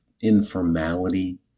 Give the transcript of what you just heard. informality